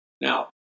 Now